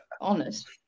honest